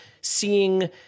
seeing